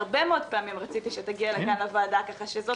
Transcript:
הרבה מאוד פעמים רציתי שתגיע לכאן כוועדה כך שזאת